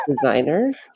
designers